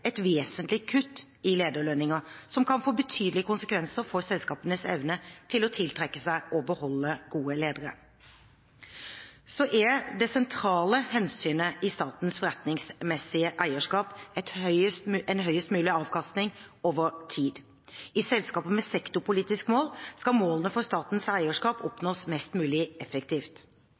et vesentlig kutt i lederlønninger, noe som kan få betydelige konsekvenser for selskapenes evne til å tiltrekke seg og beholde gode ledere. Det sentrale hensynet i statens forretningsmessige eierskap er en høyest mulig avkastning over tid. I selskaper med sektorpolitiske mål skal målene for statens eierskap